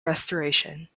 restoration